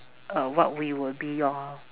uh what we would be lor